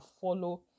follow